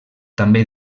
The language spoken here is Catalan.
també